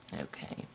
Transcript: Okay